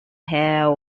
have